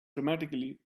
dramatically